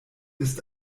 ist